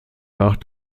nach